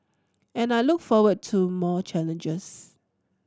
and I look forward to more challenges